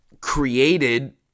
created